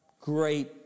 great